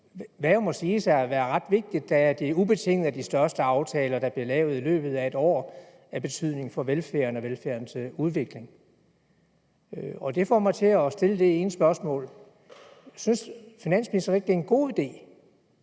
hvad må siges at være ret vigtigt, da det ubetinget er de største aftaler, der bliver lavet i løbet af et år af betydning for velfærden og velfærdens udvikling. Og det får mig til at stille det ene spørgsmål: Synes finansministeren ikke, det er en god idé,